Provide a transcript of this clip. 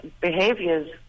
behaviors